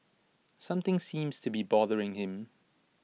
something seems to be bothering him